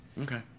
Okay